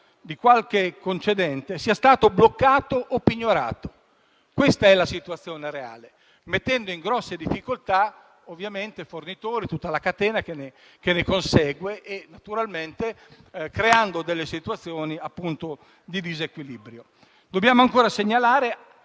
di qualche concedente sia stato bloccato o pignorato. Questa è la situazione reale, che mette in grosse difficoltà i fornitori e tutta la conseguente catena e crea le situazioni di disequilibrio. Dobbiamo ancora segnalare